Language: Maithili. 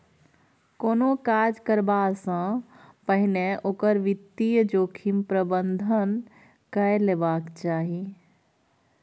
कोनो काज करबासँ पहिने ओकर वित्तीय जोखिम प्रबंधन कए लेबाक चाही